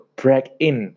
break-in